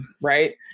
Right